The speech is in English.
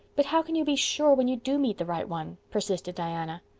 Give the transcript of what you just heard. but how can you be sure when you do meet the right one? persisted diana.